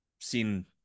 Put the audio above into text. seen